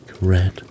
red